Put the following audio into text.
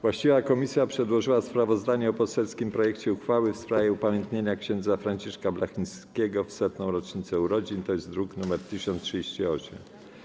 Właściwa komisja przedłożyła sprawozdanie o poselskim projekcie uchwały w sprawie upamiętnienia Księdza Franciszka Blachnickiego w 100. rocznicę urodzin, druk nr 1038.